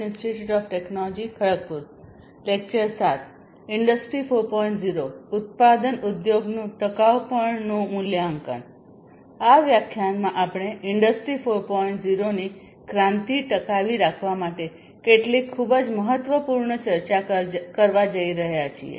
0 ની ક્રાંતિ ટકાવી રાખવા માટે કેટલીક ખૂબ જ મહત્વપૂર્ણ ચર્ચા કરવા જઈ રહ્યા છીએ